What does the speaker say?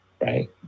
right